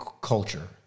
culture